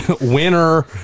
winner